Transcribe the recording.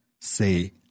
Say